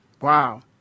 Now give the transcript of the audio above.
Wow